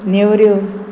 नेवऱ्यो